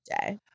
day